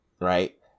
Right